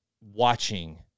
watching